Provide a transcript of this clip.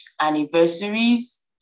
anniversaries